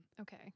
Okay